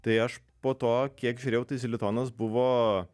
tai aš po to kiek žiūrėjau tai zilitonas buvo